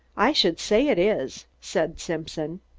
i should say it is, said simpson.